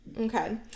Okay